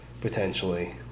potentially